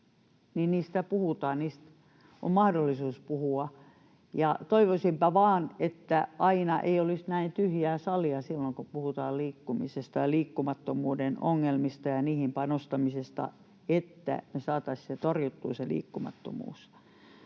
niistä on mahdollisuus puhua, ja toivoisinpa vaan, että aina ei olisi näin tyhjää salia silloin, kun puhutaan liikkumisesta ja liikkumattomuuden ongelmista ja niihin panostamisesta, että me saataisiin torjuttua se liikkumattomuus.